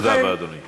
תודה רבה, אדוני.